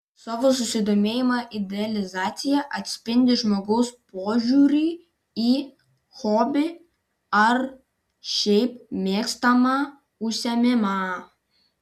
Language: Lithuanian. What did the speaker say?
savo susidomėjimo idealizacija atspindi žmogaus požiūrį į hobį ar šiaip mėgstamą užsiėmimą